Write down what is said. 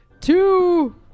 two